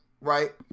right